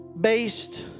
based